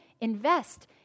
invest